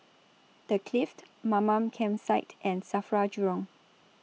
The Clift Mamam Campsite and SAFRA Jurong